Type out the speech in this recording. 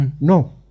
no